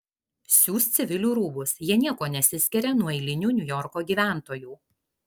siūs civilių rūbus jie niekuo nesiskiria nuo eilinių niujorko gyventojų